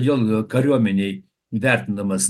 jo kariuomenėj vertinamas